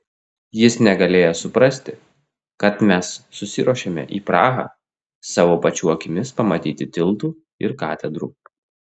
jis negalėjo suprasti kad mes susiruošėme į prahą savo pačių akimis pamatyti tiltų ir katedrų